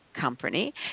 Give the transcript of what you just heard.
company